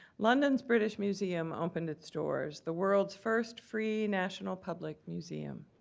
london's british museum opened its doors, the world's first free national public museum.